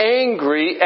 angry